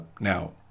Now